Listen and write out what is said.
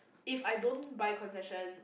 if I don't buy concession